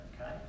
Okay